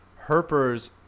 Herpers